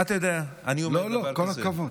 כל הכבוד.